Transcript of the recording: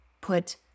put